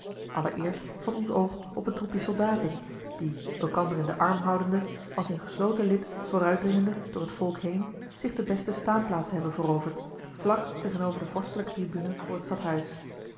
allereerst valt ons oog op een troepje soldaten die elkander in den arm houdende als in gesloten gelid vooruitdringende door het volk heen zich de beste staanplaatsen hebben veroverd vlak tegenover de vorstelijke tribune voor t stadhuis